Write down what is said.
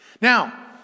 Now